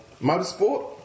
motorsport